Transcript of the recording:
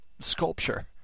sculpture